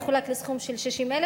יחולק לסכום של 60,000,